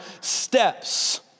steps